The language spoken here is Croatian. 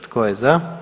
Tko je za?